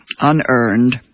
unearned